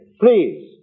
please